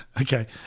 Okay